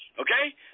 Okay